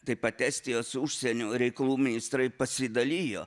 taip pat estijos užsienio reikalų ministrai pasidalijo